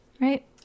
Right